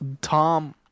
Tom